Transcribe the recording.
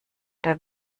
der